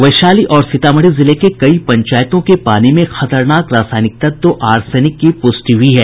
वैशाली और सीतामढ़ी जिले के कई पंचायतों के पानी में खतरनाक रासायनिक तत्व आर्सेनिक की पुष्टि हुई है